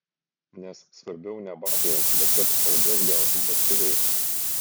nes svarbiau ne batai bet kad algas gautų batsiuviai